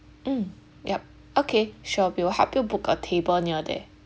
mm ya okay sure we will help you book a table near there